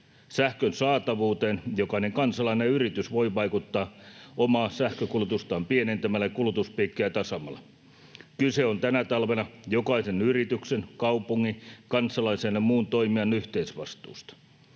Sähkön saatavuuteen jokainen kansalainen ja yritys voi vaikuttaa omaa sähkönkulutustaan pienentämällä ja kulutuspiikkejä tasaamalla. Kyse on tänä talvena jokaisen yrityksen, kaupungin, kansalaisen ja muun toimijan yhteisvastuusta.